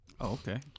Okay